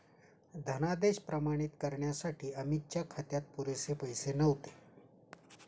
धनादेश प्रमाणित करण्यासाठी अमितच्या खात्यात पुरेसे पैसे नव्हते